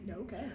okay